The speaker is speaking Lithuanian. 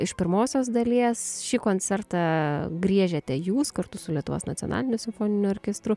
iš pirmosios dalies šį koncertą griežiate jūs kartu su lietuvos nacionaliniu simfoniniu orkestru